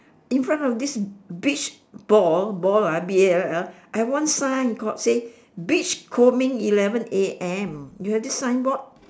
in front of this beach ball ball ah B A L L I have one sign called say beach combing eleven A M you have this sign board